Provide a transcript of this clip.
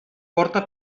porta